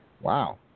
Wow